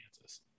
Kansas